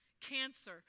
cancer